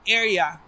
area